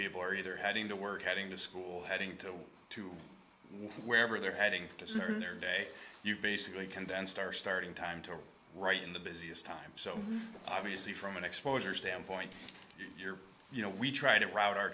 people are either heading to work heading to school heading to to wherever they're heading there day you've basically condensed our starting time to right in the busiest time so obviously from an exposure standpoint you're you know we try to route our